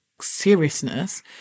seriousness